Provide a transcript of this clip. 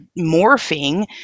morphing